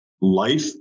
life